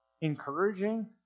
encouraging